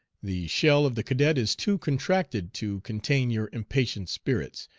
the shell of the cadet is too contracted to contain your impatient spirits.